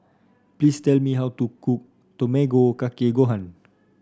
please tell me how to cook Tamago Kake Gohan